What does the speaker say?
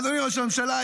אדוני ראש הממשלה,